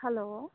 hello